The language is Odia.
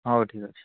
ହଉ ଠିକ୍ ଅଛି